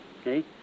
Okay